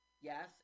Yes